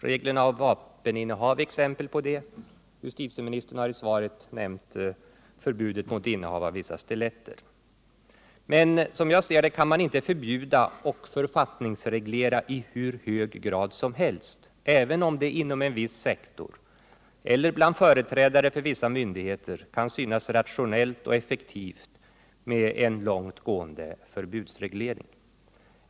Reglerna om vapeninnehav är exempel på det. Justitieministern har i svaret nämnt förbudet mot innehav av vissa stiletter. Men som jag ser det kan man inte förbjuda och författningsreglera i hur hög grad som helst, även om det inom en viss sektor eller bland företrädare för vissa myndigheter kan synas rationellt och effektivt med en långt gående förbudsreglering.